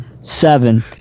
Seven